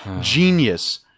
genius